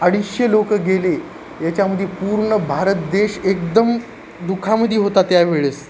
अडीचशे लोक गेले याच्यामध्ये पूर्ण भारत देश एकदम दु खामध्ये होता त्यावेळेस